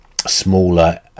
smaller